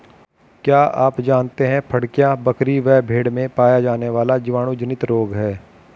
क्या आप जानते है फड़कियां, बकरी व भेड़ में पाया जाने वाला जीवाणु जनित रोग है?